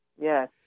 Yes